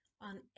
on